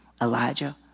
Elijah